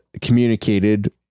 communicated